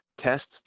tests